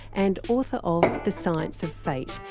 and author of the science of fate,